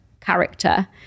character